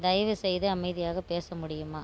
தயவு செய்து அமைதியாக பேச முடியுமா